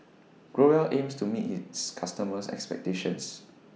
Growell aims to meet its customers' expectations